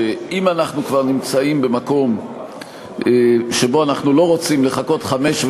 שאם אנחנו כבר נמצאים במקום שבו אנחנו לא רוצים לחכות חמש,